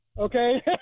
Okay